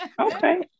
Okay